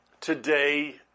today